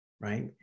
Right